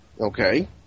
Okay